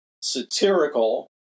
satirical